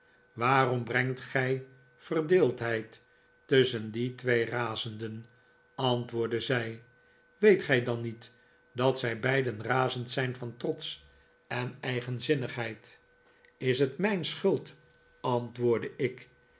waarom brengt gij verdeeldheid tusschen die twee razenden antwoordde zij weet gij dan niet dat zij beiden razend zijn van trots en eigenzinnigheid is het mijn schuld antwoordde ik